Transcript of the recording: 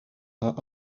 her